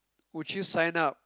would you sign up